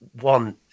one